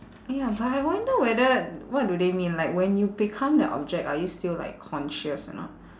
ya but I wonder whether what do they mean like when you become the object are you still like conscious or not